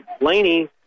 Laney